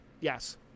Yes